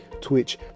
twitch